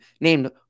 named